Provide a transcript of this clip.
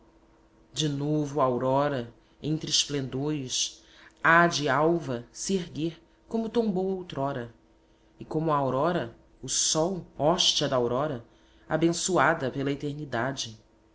de novo a aurora entre esplendores há-de alva se erguer como tombou outrora e como a aurora o sol hóstia da aurora abençoada pela eternidade